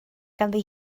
ganddi